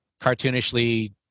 cartoonishly